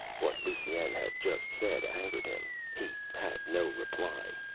what lusine had just said angered him. he had no reply.